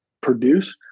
produce